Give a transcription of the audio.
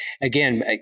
again